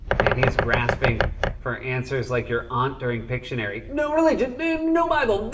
man, he is grasping for answers like your aunt during pictionary. no, really, just no um no bible,